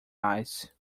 ice